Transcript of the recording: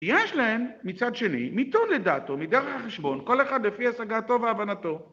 יש להם מצד שני מיתון לדעתו, מדרך החשבון, כל אחד לפי השגתו והבנתו.